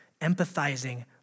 empathizing